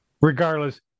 Regardless